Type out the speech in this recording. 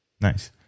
Nice